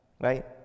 Right